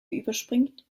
überspringt